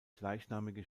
gleichnamige